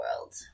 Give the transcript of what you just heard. World